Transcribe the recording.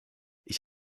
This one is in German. ich